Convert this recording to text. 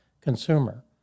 consumer